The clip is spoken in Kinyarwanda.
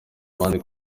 abandi